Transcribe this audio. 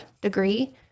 degree